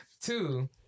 Two